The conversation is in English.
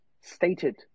stated